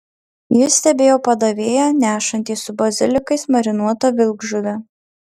ji stebėjo padavėją nešantį su bazilikais marinuotą vilkžuvę